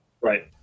Right